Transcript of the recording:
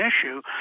issue